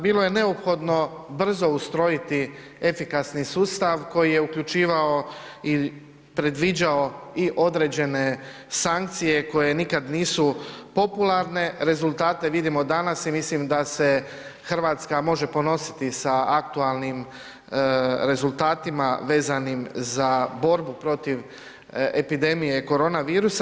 Bilo je neophodno brzo ustrojiti efikasni sustav koji je uključivao i predviđao i određene sankcije koje nikad nisu popularne, rezultate vidimo danas i mislim da se RH može ponositi sa aktualnim rezultatima vezanim za borbu protiv epidemije koronavirusa.